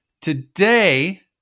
Today